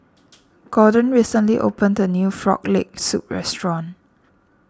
Gordon recently opened a new Frog Leg Soup restaurant